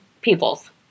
peoples